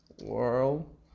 world